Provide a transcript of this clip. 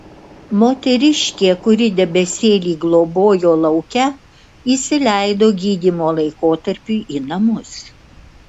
moteriškė kuri debesėlį globojo lauke įsileido gydymo laikotarpiui į namus